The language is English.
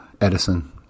Edison